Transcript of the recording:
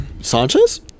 Sanchez